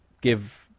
give